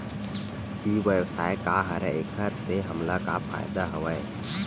ई व्यवसाय का हरय एखर से हमला का फ़ायदा हवय?